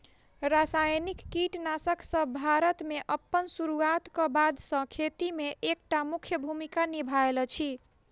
रासायनिक कीटनासकसब भारत मे अप्पन सुरुआत क बाद सँ खेती मे एक टा मुख्य भूमिका निभायल अछि